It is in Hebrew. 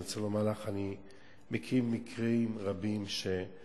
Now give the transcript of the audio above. אני רוצה לומר לך, אני מכיר מקרים רבים שנכים